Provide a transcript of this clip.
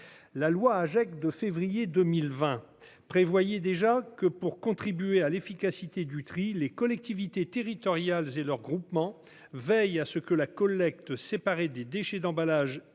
du mois de février 2020 prévoyait déjà que, pour contribuer à l'efficacité du tri, les collectivités territoriales et leurs groupements veillent à ce que la collecte séparée des déchets d'emballages